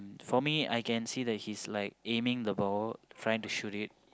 for me I can see that he's like aiming the ball trying to shoot it